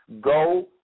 go